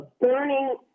burning